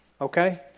Okay